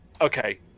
Okay